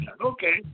okay